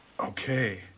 Okay